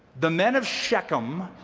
the men of shechem